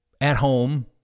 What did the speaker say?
at-home